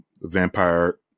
vampire